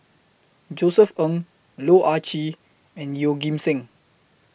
Josef Ng Loh Ah Chee and Yeoh Ghim Seng